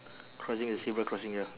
crossing the zebra crossing ya